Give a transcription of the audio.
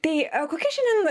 tai kokia šiandien